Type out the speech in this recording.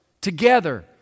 together